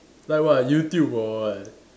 like what YouTube or what